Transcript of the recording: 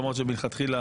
למרות שמלכתחילה